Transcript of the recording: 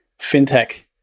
fintech